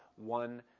one